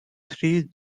three